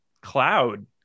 cloud